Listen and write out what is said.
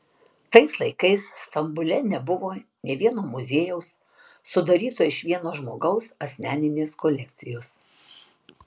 tais laikais stambule nebuvo nė vieno muziejaus sudaryto iš vieno žmogaus asmeninės kolekcijos